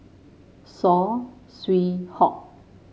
Saw Swee Hock